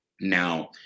Now